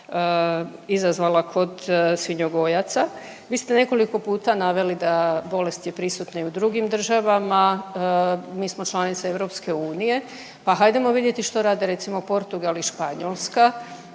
izazvala kod svinjogojaca. Vi ste nekoliko puta naveli da bolest je prisutna i u drugim državama, mi smo članica EU pa hajdemo vidjeti što rade recimo Portugal i Španjolska